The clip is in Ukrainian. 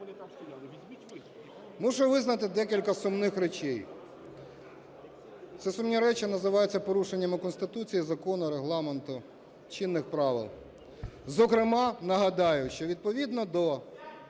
Мушу визнати декілька сумних речей. Ці сумні речі називаються "порушеннями Конституції, закону, Регламенту, чинних правил". Зокрема, нагадаю, що відповідно